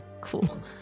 Cool